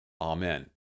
Amen